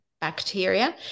bacteria